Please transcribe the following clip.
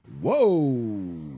Whoa